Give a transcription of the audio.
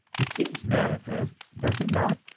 it seems manifest, does it not,